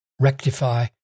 rectify